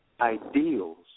ideals